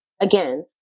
again